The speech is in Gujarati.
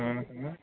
હા હા